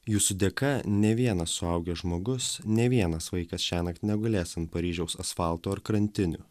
jūsų dėka nė vienas suaugęs žmogus nė vienas vaikas šiąnakt negulės ant paryžiaus asfalto ar krantinių